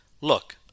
Look